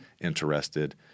interested